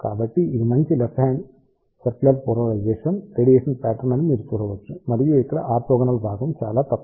కాబట్టి ఇది మంచి left hand circular polarisation radiation pattern అని మీరు చూడవచ్చు మరియు ఇక్కడ ఆర్తోగోనల్ భాగం చాలా తక్కువ